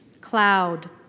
Cloud